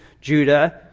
judah